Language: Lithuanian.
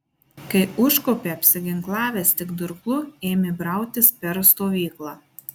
kai užkopė apsiginklavęs tik durklu ėmė brautis per stovyklą